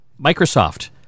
Microsoft